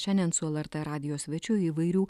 šiandien su lrt radijo svečiu įvairių